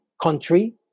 country